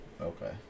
Okay